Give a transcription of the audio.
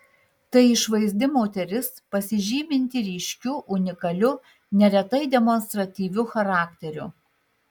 tai išvaizdi moteris pasižyminti ryškiu unikaliu neretai demonstratyviu charakteriu